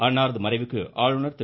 அன்னாரது மறைவிற்கு ஆளுநர் திரு